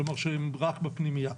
כלומר שהם רק בפנימייה,